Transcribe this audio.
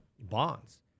bonds